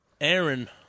aaron